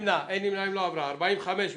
נמנעים, אין הצעה לתיקון החקיקה (85)